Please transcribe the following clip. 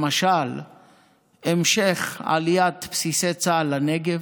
למשל המשך עליית בסיסי צה"ל לנגב.